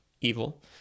evil